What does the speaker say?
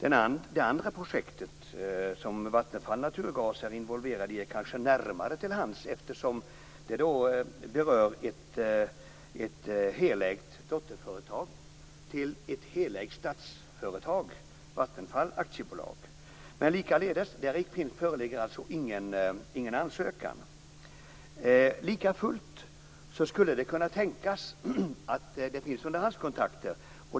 är involverat i, ligger kanske närmare till hands eftersom det berör ett helägt dotterföretag till ett helägt statsföretag, nämligen Vattenfall AB. Men där föreligger alltså ingen ansökan. Likafullt skulle det kunna tänkas att det finns underhandskontakter.